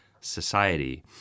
society